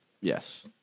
yes